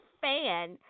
fan